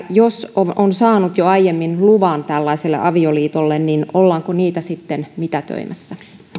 jos sitten on saanut jo aiemmin luvan tällaiselle avioliitolle niin ollaanko niitä sitten mitätöimässä